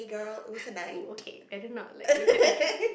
oo okay better not like look at